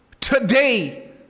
Today